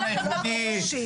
הפתרון היחידי,